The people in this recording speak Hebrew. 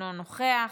אינו נוכח.